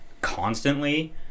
constantly